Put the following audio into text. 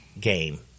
game